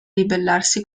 ribellarsi